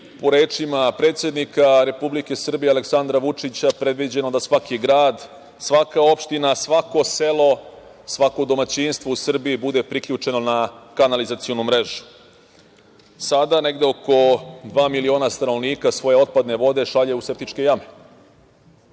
po rečima predsednika Republike Srbije Aleksandra Vučića, predviđeno da svaki grad, svaka opština, svako selo, svako domaćinstvo u Srbiji bude priključeno na kanalizacionu mrežu. Sada negde oko dva miliona stanovnika svoje otpadne vode šalje u septičke jame.